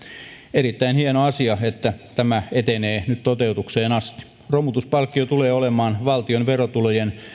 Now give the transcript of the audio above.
erittäin hieno asia että tämä etenee nyt toteutukseen asti romutuspalkkio tulee olemaan valtion verotulojen